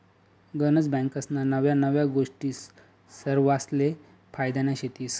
गनज बँकास्ना नव्या नव्या गोष्टी सरवासले फायद्यान्या शेतीस